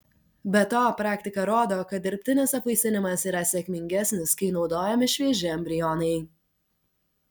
be to praktika rodo kad dirbtinis apvaisinimas yra sėkmingesnis kai naudojami švieži embrionai